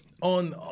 on